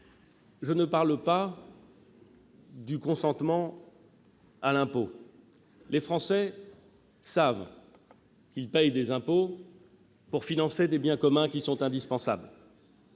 pas référence au consentement à l'impôt. Les Français savent qu'ils paient des impôts pour financer des biens communs qui sont indispensables.